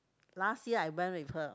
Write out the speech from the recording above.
last year I went with her